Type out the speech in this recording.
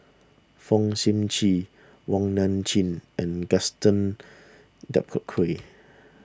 Fong Sip Chee Wong Nai Chin and Gaston Dutronquoy